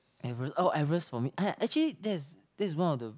Everest oh Everest for me ac~ actually that's that's one of the